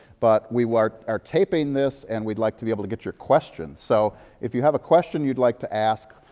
but we are taping this and we'd like to be able to get your question. so if you have a question you'd like to ask,